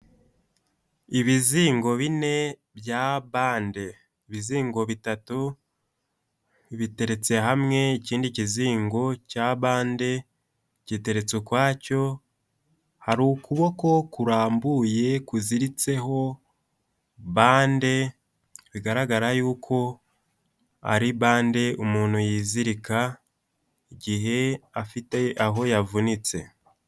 Ibizingo bine bya bande bizingo bitatu, biteretse hamwe ikindi kizingo cya bande gitereretse ukwacyo, hari ukuboko kurambuye kuziritseho bande, bigaragara yuko ari bande umuntu yizirika igihe afite aho yavunitse.